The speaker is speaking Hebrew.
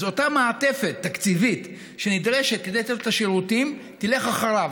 אז אותה מעטפת תקציבית שנדרשת כדי לתת לו את השירותים תלך אחריו.